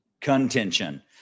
contention